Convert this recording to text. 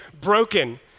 broken